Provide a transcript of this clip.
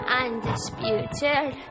undisputed